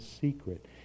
secret